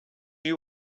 you